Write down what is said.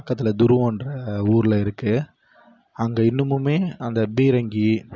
பக்கத்தில் துருவம்ன்ற ஊரில் இருக்குது அங்கே இன்னும் அந்த பீரங்கி